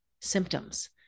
symptoms